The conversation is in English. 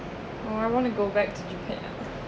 mm I want to go back to japan